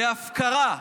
בהפקרה.